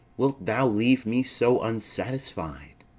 wilt thou leave me so unsatisfied?